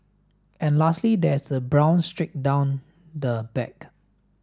and lastly there is a brown streak down the back